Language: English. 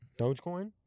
Dogecoin